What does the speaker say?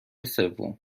سوم